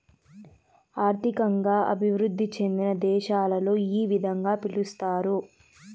ఆర్థికంగా అభివృద్ధి చెందిన దేశాలలో ఈ విధంగా పిలుస్తారు